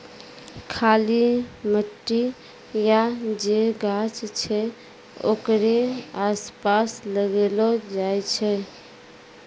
खाली मट्टी या जे गाछ छै ओकरे आसपास लगैलो जाय छै